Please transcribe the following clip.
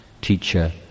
teacher